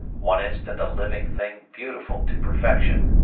one instant a living thing beautiful to perfection,